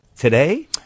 Today